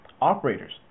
Operators